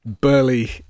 burly